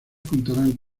contarán